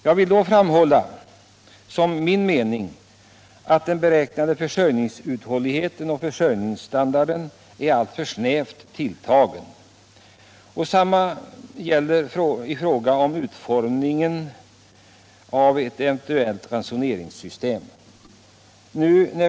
Jag vill dock framhålla som min mening att den beräknade försörjningsuthålligheten och försörjningsstandarden är alltför snävt tilltagen. Detsamma gäller utformningen av ett eventuellt ransoneringssystem.